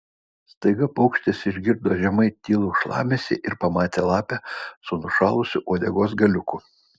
staiga paukštis išgirdo žemai tylų šlamesį ir pamatė lapę su nušalusiu uodegos galiuku